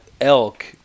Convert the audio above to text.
elk